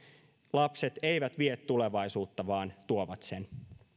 lapset eivät vie tulevaisuutta vaan tuovat sen